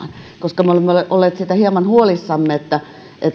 koska me olemme olleet siitä hieman huolissamme että